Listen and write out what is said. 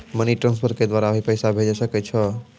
Money transfer के द्वारा भी पैसा भेजै सकै छौ?